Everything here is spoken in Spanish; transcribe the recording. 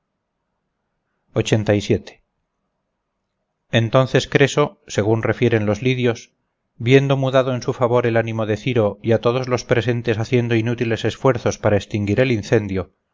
entonces creso según refieren los lidios viendo mudado en su favor el ánimo de ciro y a todos los presentes haciendo inútiles esfuerzos para extinguir el incendio